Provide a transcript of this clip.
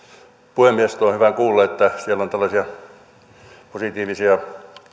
puhemies tuo on hyvä kuulla että siellä on tällaisia positiivisiakin